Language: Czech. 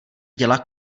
děla